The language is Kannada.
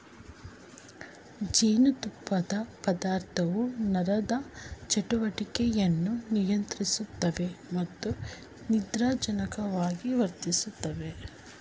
ಜೇನುತುಪ್ಪದ ಪದಾರ್ಥವು ನರದ ಚಟುವಟಿಕೆಯನ್ನು ನಿಯಂತ್ರಿಸುತ್ತವೆ ಮತ್ತು ನಿದ್ರಾಜನಕವಾಗಿ ವರ್ತಿಸ್ತವೆ